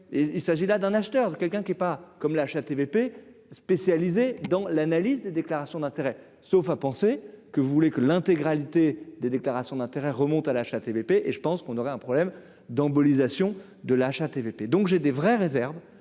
il s'agit là d'un acheteur quelqu'un qui est pas comme la HATVP, spécialisé dans l'analyse des déclarations d'intérêt sauf à penser que vous voulez que l'intégralité des déclarations d'intérêts remontent à la HATVP et je pense qu'on aurait un problème d'embolisation de la HATVP, donc j'ai des vraies réserves